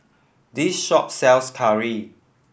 this shop sells curry